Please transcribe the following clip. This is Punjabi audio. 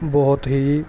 ਬਹੁਤ ਹੀ